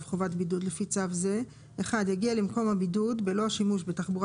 חובת בידוד לפי צו זה - יגיע למקום הבידוד ללא שימוש בתחבורה